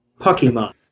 Pokemon